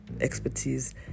expertise